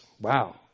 wow